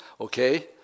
okay